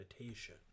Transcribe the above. meditation